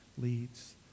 leads